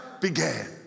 began